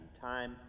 Time